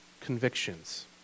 convictions